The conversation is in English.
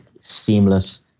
seamless